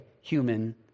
human